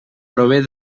prové